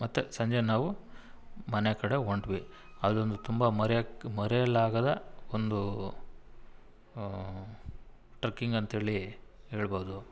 ಮತ್ತೆ ಸಂಜೆ ನಾವು ಮನೆ ಕಡೆ ಹೊರ್ಟ್ವಿ ಅದೊಂದು ತುಂಬ ಮರ್ಯೋಕೆ ಮರೆಯಲಾಗದ ಒಂದು ಟ್ರಕ್ಕಿಂಗ್ ಅಂಥೇಳಿ ಹೇಳ್ಬೋದು